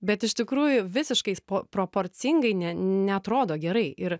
bet iš tikrųjų visiškai spo proporcingai ne neatrodo gerai ir